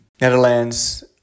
Netherlands